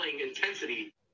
intensity